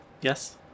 Yes